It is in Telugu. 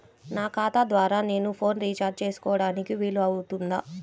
నా ఖాతా ద్వారా నేను ఫోన్ రీఛార్జ్ చేసుకోవడానికి వీలు అవుతుందా?